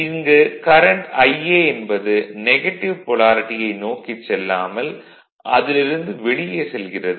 இங்கு current Ia என்பது negative பொலாரிட்டியை நோக்கிச் செல்லாமல் அதிலிருந்து வெளியே செல்கிறது